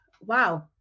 wow